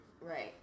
Right